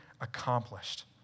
accomplished